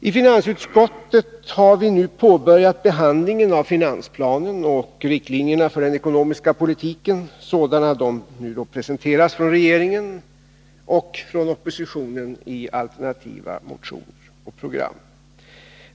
I finansutskottet har vi nu påbörjat behandlingen av finansplanen och riktlinjerna för den ekonomiska politiken sådana de har presenterats från regeringen och från oppositionen i alternativa motioner och program.